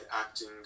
acting